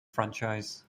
franchise